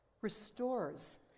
restores